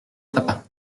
papa